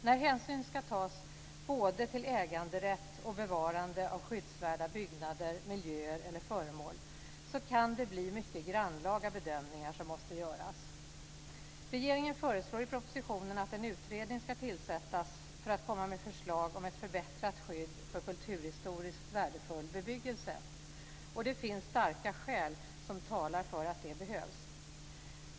När hänsyn ska tas till både äganderätt och bevarande av skyddsvärda byggnader, miljöer eller föremål kan det bli mycket grannlaga bedömningar som måste göras. Regeringen föreslår i propositionen att en utredning ska tillsättas för att komma med förslag om ett förbättrat skydd för kulturhistoriskt värdefull bebyggelse. Det finns starka skäl som talar för att det behövs.